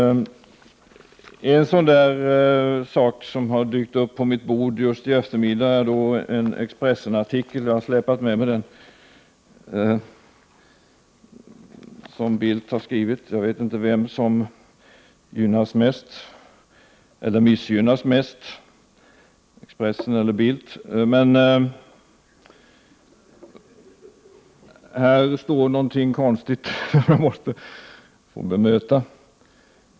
En sådan sak som har dykt upp på mitt bord just i eftermiddag är en Expressenartikel — jag har släpat med mig den — som Bildt har skrivit. Jag vet inte vem som gynnas mest eller missgynnas mest, om det är Expressen eller Bildt. Där står någonting konstigt som jag måste få bemöta.